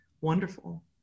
wonderful